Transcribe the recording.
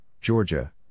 Georgia